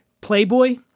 Playboy